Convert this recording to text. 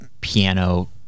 piano